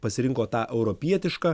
pasirinko tą europietišką